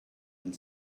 and